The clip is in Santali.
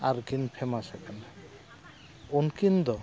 ᱟᱨᱠᱤᱱ ᱯᱷᱮᱢᱟᱥ ᱟᱠᱟᱱᱟ ᱩᱱᱠᱤᱱ ᱫᱚ